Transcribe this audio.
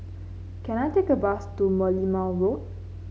can I take a bus to Merlimau Road